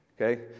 okay